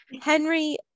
Henry